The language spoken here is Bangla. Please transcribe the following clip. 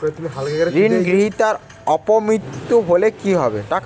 ঋণ গ্রহীতার অপ মৃত্যু হলে কি হবে?